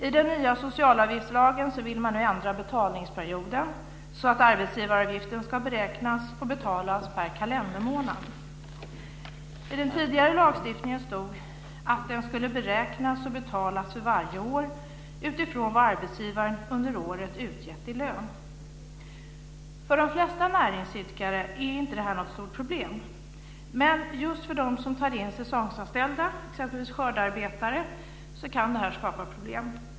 I den nya socialavgiftslagen vill man nu ändra betalningsperioden, så att arbetsgivaravgiften ska beräknas och betalas per kalendermånad. I den tidigare lagstiftningen stod det att den skulle beräknas och betalas för varje år utifrån vad arbetsgivaren under året hade utgett i lön. För de flesta näringsidkare är inte det här något stort problem, men just för dem som tar in säsongsanställda, exempelvis skördearbetare, kan det här skapa problem.